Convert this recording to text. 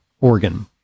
organ